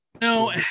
No